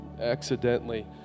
accidentally